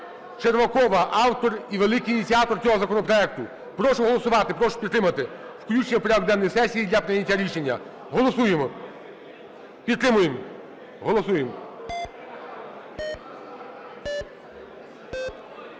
Червакова – автор і великий ініціатор цього законопроекту. Прошу голосувати, прошу підтримати включення у порядок денний сесії для прийняття рішення. Голосуємо, підтримуємо! Голосуємо.